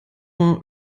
war